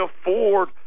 afford